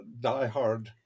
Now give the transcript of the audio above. diehard